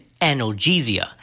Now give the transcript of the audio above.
analgesia